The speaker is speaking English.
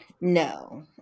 no